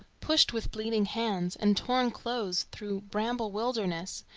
pushed with bleeding hands and torn clothes through bramble wildernesses,